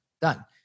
done